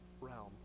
realm